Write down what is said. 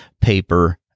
paper